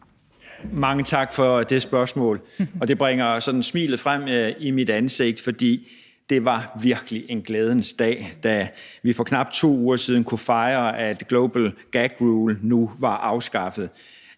Mange tak for det spørgsmål. Det bringer sådan smilet frem i mit ansigt, for det var virkelig en glædens dag, da vi for knap 2 uger siden kunne fejre, at Global Gag Rule nu var afskaffet.